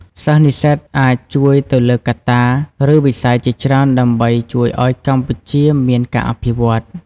សិស្សនិស្សិតអាចជួយទៅលើកត្តា ឬវិស័យជាច្រើនដើម្បីជួយឲ្យកម្ពុជាមានការអភិវឌ្ឍន៍។